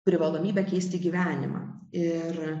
privalomybę keisti gyvenimą ir